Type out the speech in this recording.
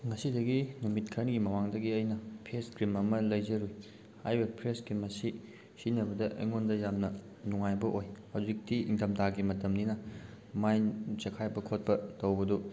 ꯉꯁꯤꯗꯒꯤ ꯅꯨꯃꯤꯠ ꯈꯔꯅꯤꯒꯤ ꯃꯃꯥꯡꯗꯒꯤ ꯑꯩꯅ ꯐꯦꯁ ꯀ꯭ꯔꯤꯝ ꯑꯃ ꯂꯩꯖꯔꯨꯏ ꯍꯥꯏꯔꯤꯕ ꯐꯦꯁ ꯀ꯭ꯔꯤꯝ ꯑꯁꯤ ꯁꯤꯖꯤꯟꯅꯕꯗ ꯑꯩꯉꯣꯟꯗ ꯌꯥꯝꯅ ꯅꯨꯡꯉꯥꯏꯕ ꯑꯣꯏ ꯍꯧꯖꯤꯛꯇꯤ ꯏꯟꯊꯝꯊꯥꯒꯤ ꯃꯇꯝꯅꯤꯅ ꯃꯥꯏ ꯆꯦꯈꯥꯏꯕ ꯈꯣꯠꯄ ꯇꯧꯕꯗꯨ